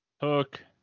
Hook